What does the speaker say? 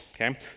Okay